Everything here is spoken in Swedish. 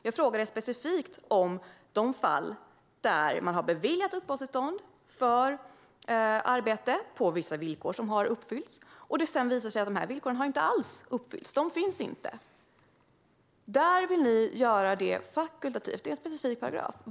Jag frågade specifikt om de fall där uppehållstillstånd har beviljats för arbete på vissa villkor som har uppfyllts och där det sedan visar sig att de inte alls har uppfyllts och att de inte finns. Där vill ni göra det fakultativt - det är en specifik paragraf.